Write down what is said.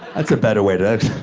that's a better way to.